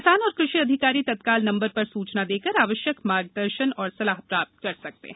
किसान और कृषि अधिकारी तत्काल नंबर पर सुचना देकर आवश्यक मार्गदर्शन और सलाह प्राप्त कर सकते हैं